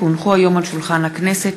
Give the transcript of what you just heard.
כי הונחו היום על שולחן הכנסת,